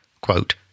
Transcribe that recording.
quote